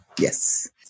Yes